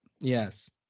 Yes